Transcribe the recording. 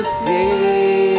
see